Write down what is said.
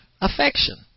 affection